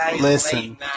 listen